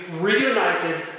reunited